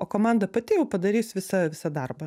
o komanda pati jau padarys visą visą darbą